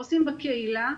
עו"סים בקהילה,